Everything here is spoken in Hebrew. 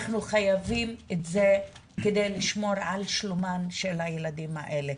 אנחנו חייבים את זה כדי לשמור על שלומם של הילדים האלה.